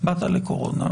באתי לענייני הקורונה.